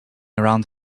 around